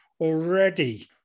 already